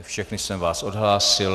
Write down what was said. Všechny jsem vás odhlásil.